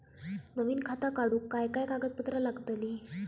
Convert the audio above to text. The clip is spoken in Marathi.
नवीन खाता काढूक काय काय कागदपत्रा लागतली?